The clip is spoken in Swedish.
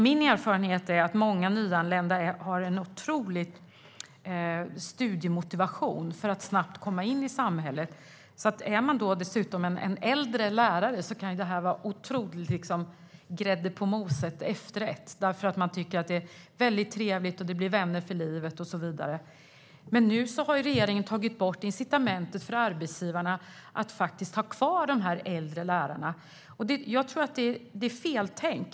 Min erfarenhet är att många nyanlända har en otrolig studiemotivation för att snabbt kunna komma in i samhället. För en äldre lärare kan det här vara grädden på moset, därför att det är väldigt trevligt och man kan få vänner för livet och så vidare. Nu har regeringen tagit bort incitamentet för arbetsgivarna att ha kvar de här äldre lärarna. Jag tror att det är feltänkt.